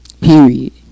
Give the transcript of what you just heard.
Period